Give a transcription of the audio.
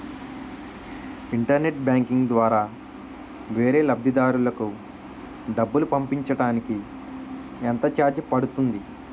Internet banking ద్వారా వేరే లబ్ధిదారులకు డబ్బులు పంపించటానికి ఎంత ఛార్జ్ పడుతుంది?